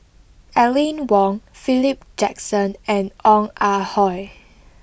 Aline Wong Philip Jackson and Ong Ah Hoi